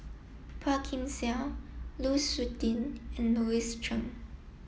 Phua Kin Siang Lu Suitin and Louis Chen